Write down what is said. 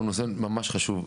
הוא נושא ממש חשוב.